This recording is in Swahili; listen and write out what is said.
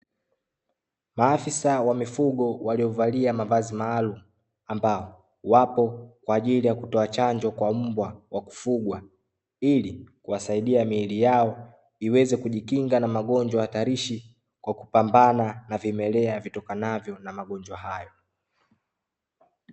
Maafisa wa mifugo waliovalia mavazi maalumu, ambao wapo kwa ajili ya kutoa chanjo kwa mbwa wa kufugwa, ili kuwasaidia miili yao iweze kujikinga na magonjwa hatarishi, kwa kupambana na vimelea vitokanavyo na magonjwa hayo.